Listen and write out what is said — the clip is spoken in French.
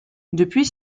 depuis